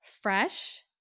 fresh